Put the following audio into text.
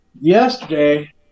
Yesterday